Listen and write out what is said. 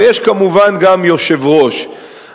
ויש כמובן גם יושב-ראש.